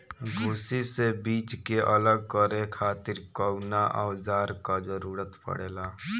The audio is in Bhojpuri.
भूसी से बीज के अलग करे खातिर कउना औजार क जरूरत पड़ेला?